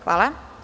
Hvala.